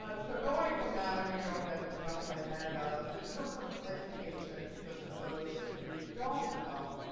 ah so going from that, i'm going to go ahead and jump ahead. ah in terms of education, just for those you who don't know,